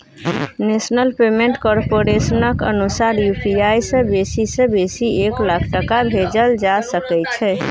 national payment कारपोरेशनक अनुसार UPI सँ बेसी सँ बेसी एक लाख टका भेजल जा सकै छै